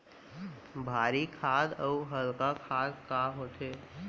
भारी खाद अऊ हल्का खाद का होथे?